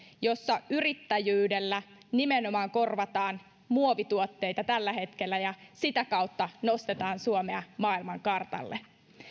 jossa yrittäjyydellä nimenomaan korvataan muovituotteita tällä hetkellä ja sitä kautta nostetaan suomea maailmankartalle